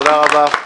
תודה רבה.